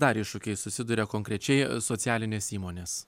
dar iššūkiais susiduria konkrečiai socialinės įmonės